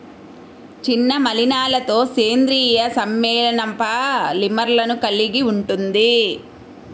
చిన్న మలినాలతోసేంద్రీయ సమ్మేళనంపాలిమర్లను కలిగి ఉంటుంది